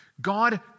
God